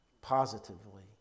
positively